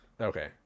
Okay